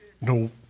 No